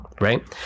right